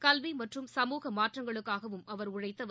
கல்வி மற்றும் சமூக மாற்றங்களுக்காகவும் அவர் உழழத்தவர்